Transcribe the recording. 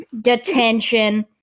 detention